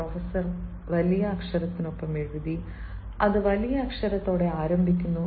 professor വലിയ അക്ഷരത്തിനൊപ്പം എഴുതി അത് വലിയ അക്ഷരത്തോടെ ആരംഭിക്കുന്നു